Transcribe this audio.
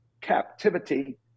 captivity